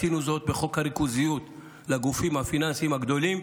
עשינו זאת בחוק הריכוזיות לגופים הפיננסיים הגדולים,